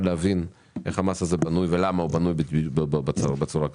להבין איך המס הזה בנוי ולמה הוא בנוי בצורה כזאת.